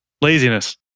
Laziness